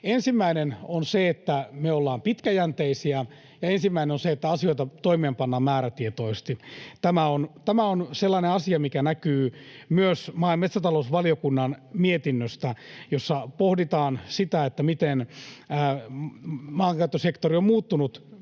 Ensimmäinen on se, että me ollaan pitkäjänteisiä, ja ensimmäinen on se, että asioita toimeenpannaan määrätietoisesti. Tämä on sellainen asia, mikä näkyy myös maa- ja metsätalousvaliokunnan mietinnöstä, jossa pohditaan sitä, miten maankäyttösektori on muuttunut